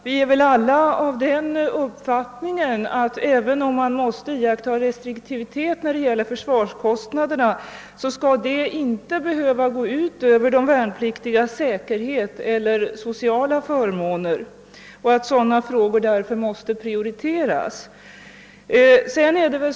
Vi har väl alla den uppfattningen, att även om restriktivitet måste iakttagas när det gäller försvarskostnaderna, så skall detta inte behöva gå ut över de värnpliktigas säkerhet eller sociala förmåner. Dessa frågor måste ges priorilet.